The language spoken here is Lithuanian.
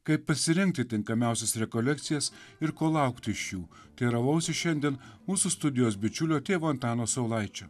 kaip pasirinkti tinkamiausias rekolekcijas ir ko laukt iš šių teiravausi šiandien mūsų studijos bičiulio tėvo antano saulaičio